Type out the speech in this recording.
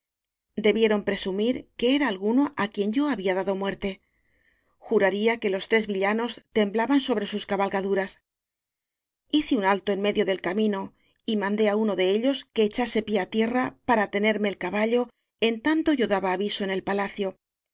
debieron presumir que era alguno á quien yo había dado muer te juraría que los tres villanos temblaban sobre sus cabalgaduras hice alto en medio del camino y mandé á uno de ellos que echase pie á tierra para tenerme el caballo en tanto yo daba aviso en el palacio